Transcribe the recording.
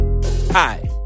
Hi